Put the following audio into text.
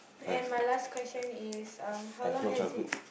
and my last question is uh how long has it